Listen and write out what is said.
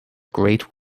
great